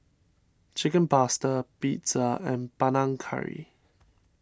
Chicken Pasta Pizza and Panang Curry